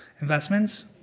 investments